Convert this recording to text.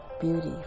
beauty